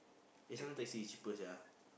eh sometimes taxi is cheaper sia